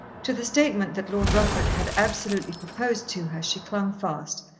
to the statement that lord rufford had absolutely proposed to her she clung fast,